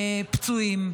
והפצועים,